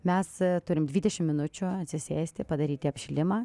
mes turim dvidešimt minučių atsisėsti padaryti apšilimą